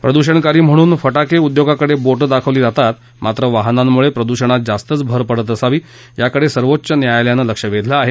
प्रदुषणकारी म्हणून फाँके उद्योगाकडे बोध्वाखवली जातात मात्र वाहनांमुळे प्रदुषणात जास्तच भर पडत असावी याकडे सर्वोच्च न्यायालयानं लक्ष वेधलं आहे